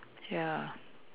ya